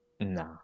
Nah